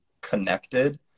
connected